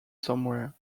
somewhere